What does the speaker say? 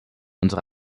unsere